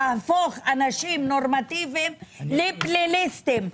להפוך אנשים נורמטיביים לפליליסטיים,